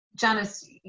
Janice